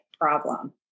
problem